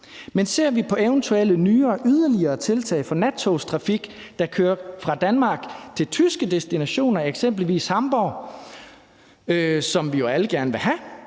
Men ser vi på eventuelle nye og yderligere tiltag for nattogstrafik, der kører fra Danmark til tyske destinationer, eksempelvis Hamborg, som vi jo alle gerne vil have,